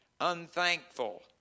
unthankful